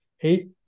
Eight